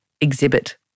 exhibit